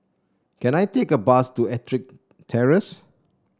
can I take a bus to EttricK Terrace